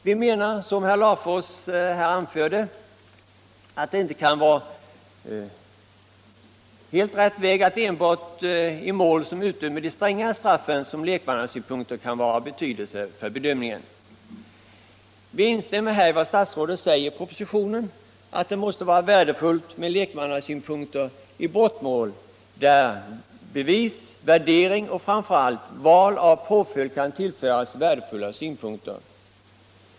Vi menar, som herr Larfors anförde, att det inte kan vara helt rätt att lekmannasynpunkter kan vara av betydelse för bedömningen enbart i mål där de strängare straffen utdöms. Vi instämmer här i vad statsrådet säger i propositionen, att det måste vara värdefullt med lekmannasynpunkter i brottmål där bevisvärdering och — framför allt — val av påföljd kan tillföras värdefulla synpunkter.